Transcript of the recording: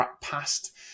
past